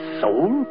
soul